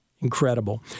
Incredible